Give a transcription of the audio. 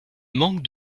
manque